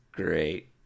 Great